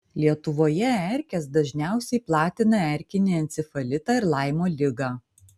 lietuvoje erkės dažniausiai platina erkinį encefalitą ir laimo ligą